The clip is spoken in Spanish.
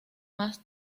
más